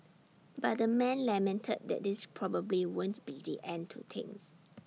but the man lamented that this probably won't be the end to things